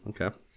okay